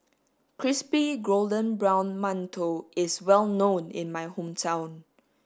crispy golden brown mantou is well known in my hometown